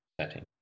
setting